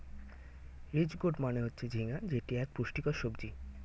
ridge gourd মানে হচ্ছে ঝিঙ্গা যেটি এক পুষ্টিকর সবজি